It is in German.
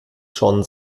schon